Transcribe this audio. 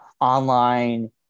online